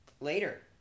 Later